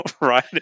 Right